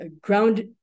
ground